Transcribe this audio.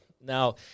Now